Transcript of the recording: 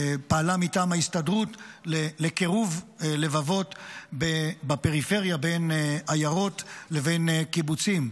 פעלה מטעם ההסתדרות לקירוב לבבות בפריפריה בין עיירות לבין קיבוצים.